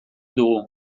dugu